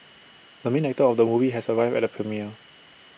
the main actor of the movie has arrived at the premiere